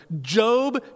Job